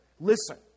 listen